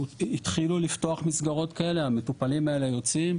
התחילו לפתוח מסגרות כאלה, המטופלים האלה יוצאים,